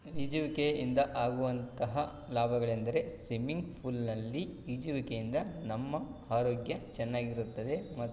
ಈಜುವಿಕೆಯಿಂದ ಆಗುವಂತಹ ಲಾಭಗಳೆಂದರೆ ಸಿಮ್ಮಿಂಗ್ ಫೂಲ್ನಲ್ಲಿ ಈಜುವಿಕೆಯಿಂದ ನಮ್ಮ ಆರೋಗ್ಯ ಚೆನ್ನಾಗಿರುತ್ತದೆ ಮತ್ತು